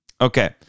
Okay